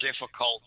difficult